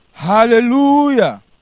Hallelujah